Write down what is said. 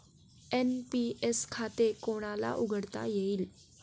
NPS खाते कोणाला उघडता येईल?